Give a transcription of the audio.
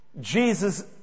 Jesus